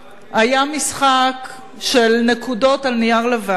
היה משחק של נקודות על נייר לבן,